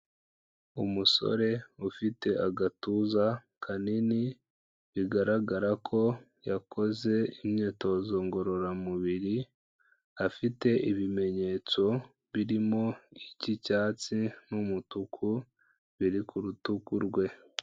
Umusore ufite agatuza kanini, bigaragara ko yakoze imyitozo ngororamubiri, afite ibimenyetso birimo icy'icyatsi n'umutuku biri ku rutugu rwe.